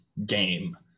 Game